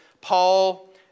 Paul